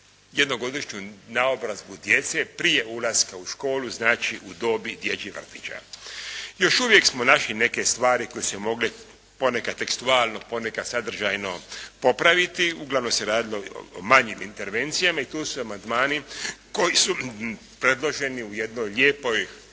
jednogodišnju naobrazbu djece prije ulaska u školu, znači u dobi dječjih vrtića. Još uvijek smo našli neke stvari koje su se mogle ponekad tekstualno, ponekad sadržajno popraviti. Uglavnom se radilo o manjim intervencijama i tu su amandmani koji su predloženi u jednoj lijepoj,